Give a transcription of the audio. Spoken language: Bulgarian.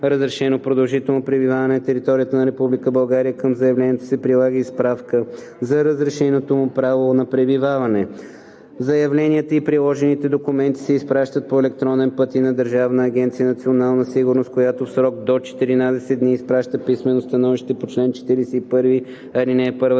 продължително пребиваване на територията на Република България, към заявлението се прилага и справка за разрешеното му право на пребиваване. Заявленията и приложените документи се изпращат по електронен път и на Държавна агенция „Национална сигурност“, която в срок до 14 дни изпраща писмено становище по чл. 41, ал. 1,